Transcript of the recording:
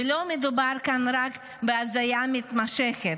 ולא מדובר כאן רק בהזיה מתמשכת,